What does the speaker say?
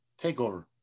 takeover